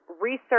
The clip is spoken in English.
research